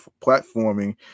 platforming